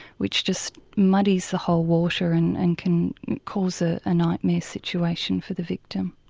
which just muddies the whole water and and can cause a ah nightmare situation for the victim.